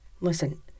Listen